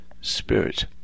spirit